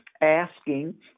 asking